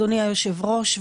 אדוני היושב-ראש,